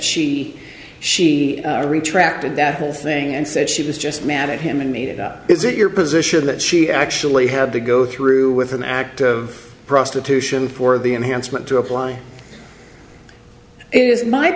she she retracted that whole thing and said she was just mad at him and made it up is it your position that she actually had to go through with an act of prostitution for the enhancement to apply it